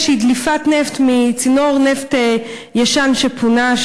איזושהי דליפת נפט מצינור נפט ישן שפונה,